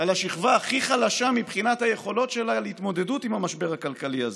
על השכבה הכי חלשה מבחינת היכולות שלה להתמודדות עם המשבר הכלכלי הזה.